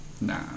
nah